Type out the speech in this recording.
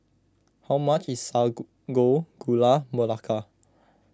how much is Sago Gula Melaka